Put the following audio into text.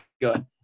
good